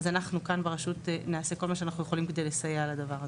אז אנחנו כאן ברשות נעשה כל מה שאנחנו יכולים כדי לסייע לדבר הזה.